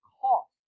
cost